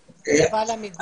פרנקל.